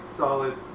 solid